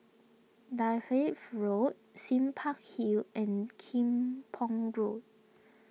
Dalkeith Road Sime Park Hill and Kim Pong Road